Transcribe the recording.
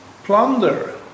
plunder